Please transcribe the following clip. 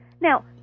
now